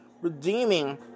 redeeming